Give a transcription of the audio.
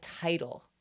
title